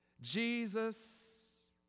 Jesus